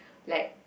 like